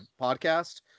podcast